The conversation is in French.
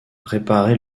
réparer